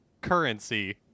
currency